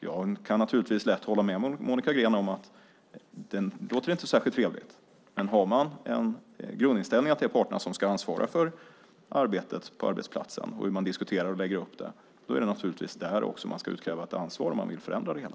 Jag kan naturligtvis lätt hålla med Monica Green om att hennes beskrivning inte låter särskilt trevlig, men har man en grundinställning att det är parterna som ska ansvara för arbetet på arbetsplatsen och hur man diskuterar och lägger upp det, då är det naturligtvis också där man ska utkräva ansvar om man vill förändra det hela.